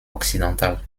occidentale